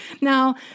Now